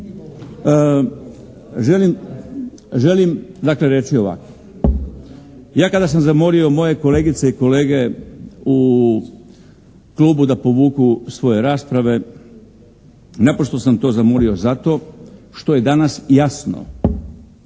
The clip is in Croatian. dakle reći ovako. Ja kada sam zamolio moje kolegice i kolege u klubu da povuku svoje rasprave, naprosto sam to zamolio zato što je danas jasno